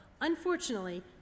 Unfortunately